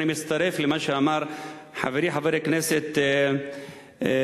אני מצטרף למה שאמר חברי חבר הכנסת סעיד